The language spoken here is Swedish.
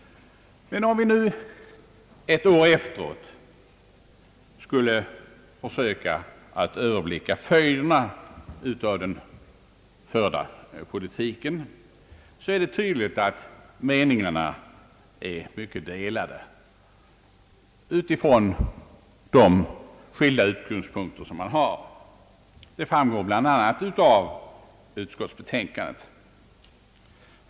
Men om vi nu ett år efteråt skulle försöka överblicka följderna av den förda politiken, är det tydligt att meningarna är mycket delade allt efter de skilda utgångspunkter man har. Det framgår bland annat av utskottsbetänkandet.